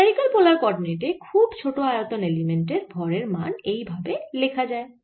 spherical polar কোঅরডিনেটে খুব ছোট আয়তন এলিমেন্ট এর ভরের মান এই ভাবে লেখা যায়